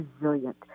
resilient